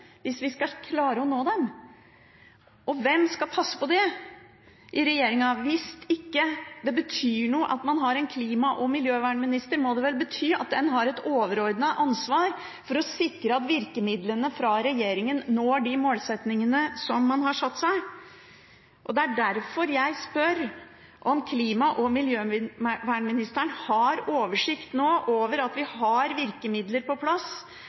Hvis ikke det betyr noe at man har en klima- og miljøvernminister, må det vel bety at en har et overordnet ansvar for å sikre at virkemidlene fra regjeringen når de målsettingene man har satt seg? Det er derfor jeg spør om klima- og miljøvernministeren nå har oversikt over om man har virkemidler på plass